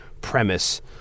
premise